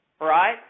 right